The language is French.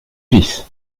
fils